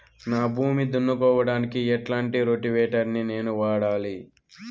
నా భూమి దున్నుకోవడానికి ఎట్లాంటి రోటివేటర్ ని నేను వాడాలి?